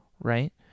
right